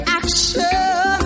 action